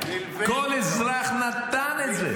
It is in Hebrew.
כל אזרח נתן את זה.